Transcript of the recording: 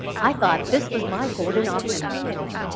i thought this was my golden opportunity.